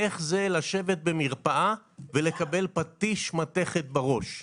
איך זה לשבת במרפאה ולקבל פטיש מתכת בראש.